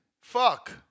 fuck